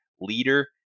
leader